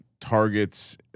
targets